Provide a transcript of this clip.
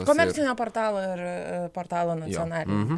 komercinę portalo ir portalo nacionalinio